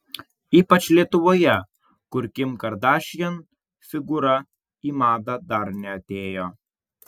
ypač lietuvoje kur kim kardashian figūra į madą dar neatėjo